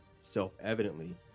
self-evidently